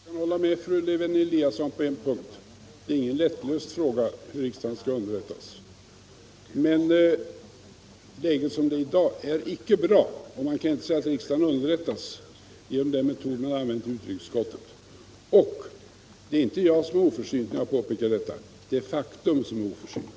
Herr talman! Jag kan hålla med fru Lewén-Eliasson på en punkt: Hur riksdagen skall underrättas är ingen lättlöst fråga. Men den nuvarande ordningen är inte bra, och man kan icke säga att riksdagen underrättas genom den metod man använt i utrikesutskottet. Det är inte jag som är oförsynt när jag påpekar detta — det är själva faktum som är oförsynt.